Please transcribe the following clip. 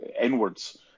inwards